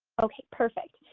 okay, perfect,